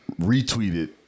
retweeted